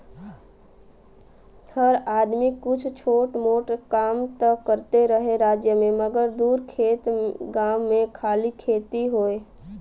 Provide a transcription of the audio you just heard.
हर आदमी कुछ छोट मोट कां त करते रहे राज्य मे मगर दूर खएत गाम मे खाली खेती होए